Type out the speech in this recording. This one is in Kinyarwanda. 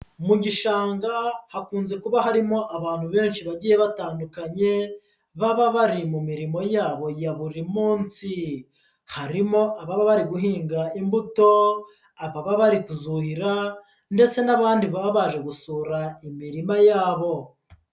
Mu gishanga hakunze kuba harimo abantu benshi bagiye batandukanye, baba bari mu mirimo yabo ya buri munsi, harimo ababa bari guhinga imbuto, ababa bari kuzuhira ndetse n'abandi baba baje gusura imirima yabo.